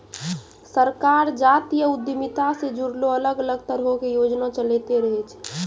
सरकार जातीय उद्यमिता से जुड़लो अलग अलग तरहो के योजना चलैंते रहै छै